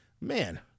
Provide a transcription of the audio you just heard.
Man